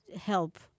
help